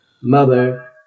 mother